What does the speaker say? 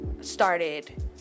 started